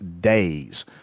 days